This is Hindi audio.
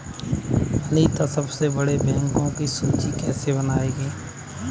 अनीता सबसे बड़े बैंकों की सूची कैसे बनायेगी?